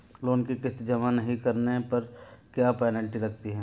Loan की किश्त जमा नहीं कराने पर क्या पेनल्टी लगती है?